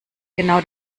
genau